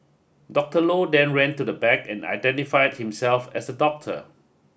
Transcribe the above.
Doctor Low then ran to the back and identified himself as a doctor